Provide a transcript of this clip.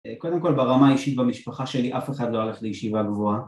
קודם כל ברמה האישית במשפחה שלי אף אחד לא הלך לישיבה גבוהה